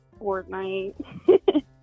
Fortnite